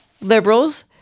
liberals